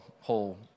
whole